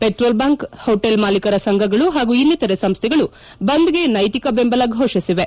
petrol bunk hotel ಮಾಲೀಕರ ಸಂಘಗಳು ಹಾಗೂ ಇನ್ನಿತರೆ ಸಂಸ್ನೆಗಳು ಬಂದ್ಗೆ ನೈತಿಕ ಬೆಂಬಲ ಘೋಷಿಸಿವೆ